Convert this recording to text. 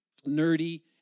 nerdy